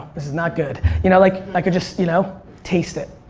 this is not good. you know like i could just you know taste it.